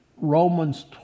Romans